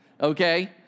okay